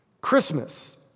Christmas